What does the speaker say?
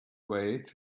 way